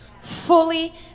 fully